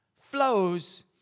flows